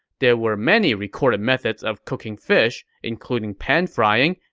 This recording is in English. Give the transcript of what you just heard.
there were many recorded methods of cooking fish, including pan frying,